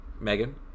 Megan